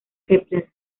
kepler